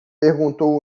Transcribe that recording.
perguntou